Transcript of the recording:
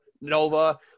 Nova